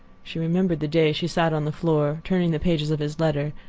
she remembered the day she sat on the floor, turning the pages of his letter,